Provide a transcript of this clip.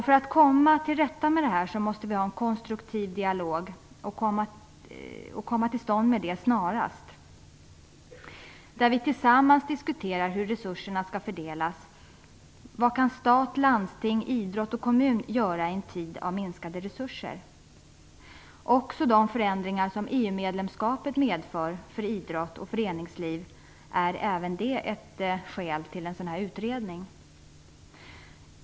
För att komma till rätta med dessa saker måste vi snarast få till stånd en konstruktiv dialog, där vi tillsammans diskuterar hur resurserna skall fördelas. De förändringar som EU-medlemskapet medför för idrott och föreningsliv är också ett skäl till att det behövs en utredning.